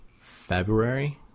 February